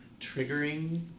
Triggering